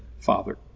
father